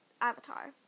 Avatar